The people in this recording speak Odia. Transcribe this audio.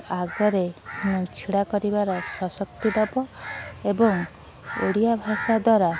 ଆଗରେ ଛିଡ଼ା କରିବାରେ ସଶକ୍ତି ଦେବ ଏବଂ ଓଡ଼ିଆ ଭାଷା ଦ୍ୱାରା